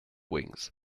wings